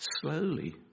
Slowly